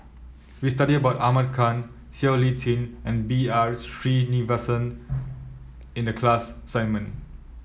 we studied about Ahmad Khan Siow Lee Chin and B R Sreenivasan in the class assignment